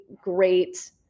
great